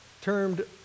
termed